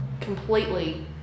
completely